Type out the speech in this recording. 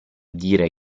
dire